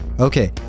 Okay